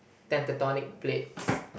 tectonic plates